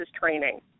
training